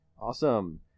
Awesome